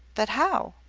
but how?